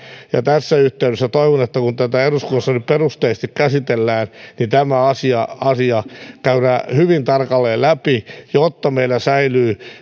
tässä yhteydessä toivon että kun tätä eduskunnassa nyt perusteellisesti käsitellään niin asia asia käydään hyvin tarkalleen läpi jotta meillä säilyy